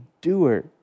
doer